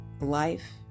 life